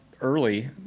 early